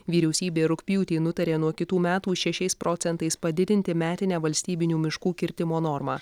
vyriausybė rugpjūtį nutarė nuo kitų metų šešiais procentais padidinti metinę valstybinių miškų kirtimo normą